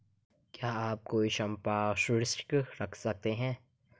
क्या आप कोई संपार्श्विक रख सकते हैं?